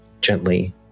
gently